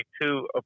two